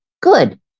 good